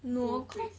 go break